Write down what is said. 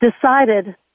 decided